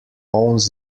owns